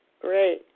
Great